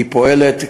היא פועלת,